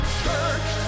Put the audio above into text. church